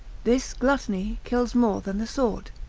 this gluttony kills more than the sword,